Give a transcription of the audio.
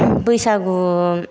बैसागु